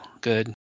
good